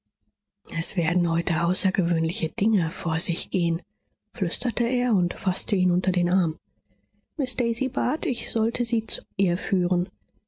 es werden heute außergewöhnliche dinge vor sich gehen flüsterte er und faßte ihn unter den arm miß daisy bat ich sollte sie zu ihr führen